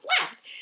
left